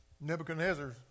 Nebuchadnezzar